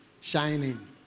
shining